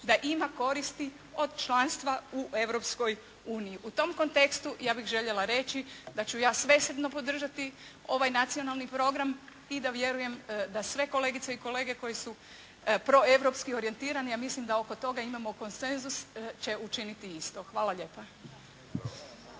da ima koristi od članstva u Europskoj uniji. U tom kontekstu ja bih željela reći da ću ja svesrdno podržati ovaj nacionalni program i da vjerujem da sve kolegice i kolege koji su proeuropski orijentirani, a mislim da oko toga imamo konsenzus, će učiniti isto. Hvala lijepo.